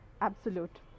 absolute